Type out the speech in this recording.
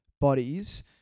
bodies